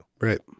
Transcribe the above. Right